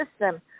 system